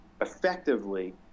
effectively